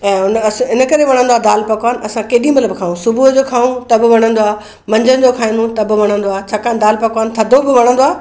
ऐं उन अस हिन करे वणंदो आहे दालि पकवान असां केॾी महिल बि खाऊं सुबुह जो खाऊं त बि वणंदो आहे मंझंनि जो खाईंदा आहियूं त बि वणंदो आहे छाकाणि दालि पकवान थधो बि वणंदो आहे